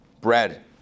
Bread